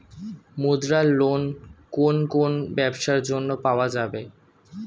মুদ্রা লোন কোন কোন ব্যবসার জন্য পাওয়া যাবে?